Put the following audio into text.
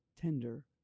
tender